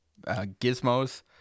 gizmos